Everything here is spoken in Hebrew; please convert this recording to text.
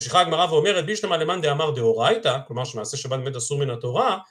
ממשיכה הגמרא ואומרת בשלמא למאן דאמר דאורייתא, כלומר שמעשה שבת באמת אסור מן התורה